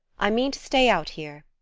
i mean to stay out here.